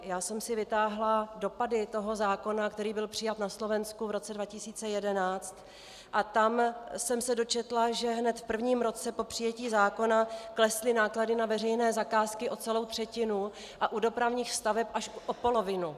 Já jsem si vytáhla dopady zákona, který byl přijat na Slovensku v roce 2011, a tam jsem se dočetla, že hned v prvním roce po přijetí zákona klesly náklady na veřejné zakázky o celou třetinu a u dopravních staveb až o polovinu.